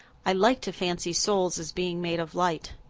i like to fancy souls as being made of light.